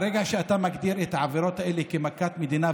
ברגע שאתה מגדיר את העברות האלה כמכת מדינה,